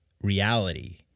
reality